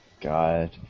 God